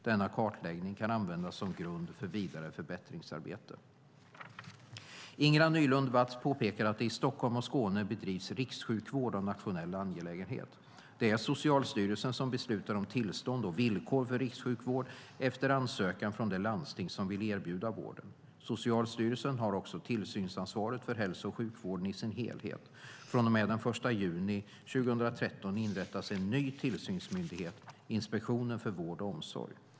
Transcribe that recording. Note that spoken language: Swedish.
Denna kartläggning kan användas som en grund för vidare förbättringsarbete. Ingela Nylund Watz påpekar att det i Stockholm och Skåne bedrivs rikssjukvård av nationell angelägenhet. Det är Socialstyrelsen som beslutar om tillstånd och villkor för rikssjukvård efter ansökan från det landsting som vill erbjuda vården. Socialstyrelsen har också tillsynsansvaret för hälso och sjukvården i dess helhet. Från och med den 1 juni 2013 inrättas en ny tillsynsmyndighet: Inspektionen för vård och omsorg.